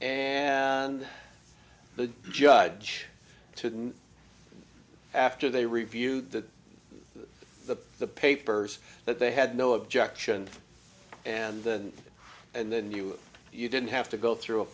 and the judge to after they reviewed the the the papers that they had no objection and then and then you you didn't have to go through a